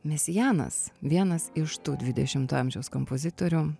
mesianas vienas iš tų dvidešimto amžiaus kompozitorių